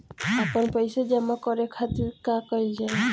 आपन पइसा जमा करे के खातिर का कइल जाइ?